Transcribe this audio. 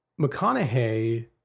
McConaughey